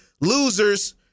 losers